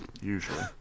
Usually